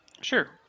Sure